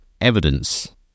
evidence